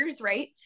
right